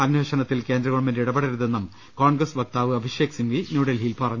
അന്വേഷണത്തിൽ ഗവൺമെന്റ് ഇടപെടരുതെന്നും കോൺഗ്രസ് വക്താവ് അഭിഷേക് സിംഗ്വി ന്യൂഡൽഹിയിൽ പറഞ്ഞു